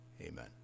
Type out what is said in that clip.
Amen